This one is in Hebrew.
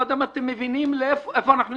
יודע אם אתם מבינים איפה אנחנו נמצאים.